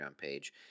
page